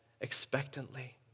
expectantly